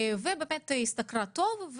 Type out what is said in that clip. כמניקוריסטית והשתכרה טוב,